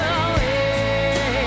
away